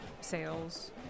sales